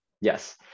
Yes